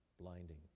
blinding